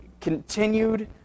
continued